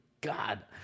God